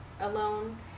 alone